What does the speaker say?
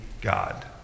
God